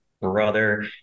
brother